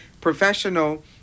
professional